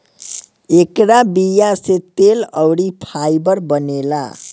एकरा बीया से तेल अउरी फाइबर बनेला